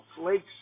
flakes